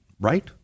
Right